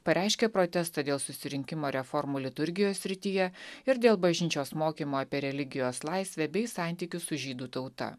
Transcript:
pareiškė protestą dėl susirinkimo reformų liturgijos srityje ir dėl bažnyčios mokymo apie religijos laisvę bei santykius su žydų tauta